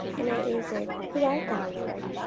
and i answered, who art thou, lord?